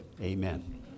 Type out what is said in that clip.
Amen